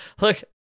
Look